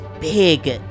big